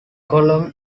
cologne